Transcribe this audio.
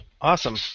Awesome